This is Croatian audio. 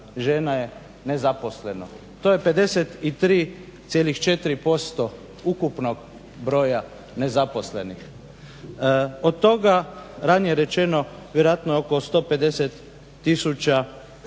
žena je nezaposleno, to je 53,4% ukupnog broja nezaposlenih. Od toga, ranije je rečeno, vjerojatno je oko 150 tisuća